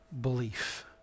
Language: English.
Belief